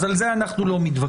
אז על זה אנחנו לא מתווכחים.